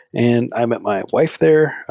and i met my wife there.